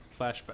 flashback